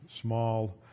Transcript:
small